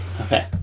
Okay